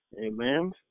Amen